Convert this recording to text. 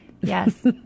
Yes